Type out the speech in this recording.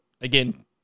again